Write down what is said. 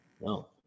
No